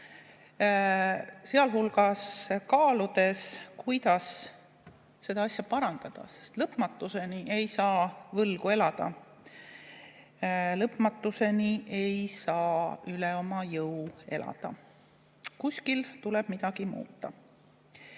sealhulgas kaaludes, kuidas seda asja parandada, sest lõpmatuseni ei saa võlgu elada, lõpmatuseni ei saa üle oma jõu elada. Kuskil tuleb midagi